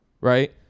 Right